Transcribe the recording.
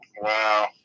Wow